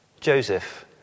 Joseph